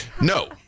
No